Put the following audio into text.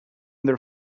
their